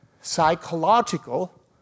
Psychological